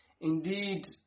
Indeed